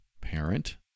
parent